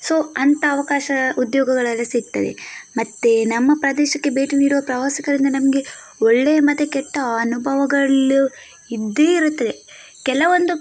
so ಅಂತ ಅವಕಾಶ ಉದ್ಯೋಗಗಳಲ್ಲಿ ಸಿಗ್ತದೆ ಮತ್ತು ನಮ್ಮ ಪ್ರದೇಶಕ್ಕೆ ಭೇಟಿ ನೀಡುವ ಪ್ರವಾಸಿಗರಿಂದ ನಮಗೆ ಒಳ್ಳೆಯ ಮತ್ತು ಕೆಟ್ಟ ಅನುಭವಗಳು ಇದ್ದೇ ಇರುತ್ತದೆ ಕೆಲವೊಂದು